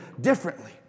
differently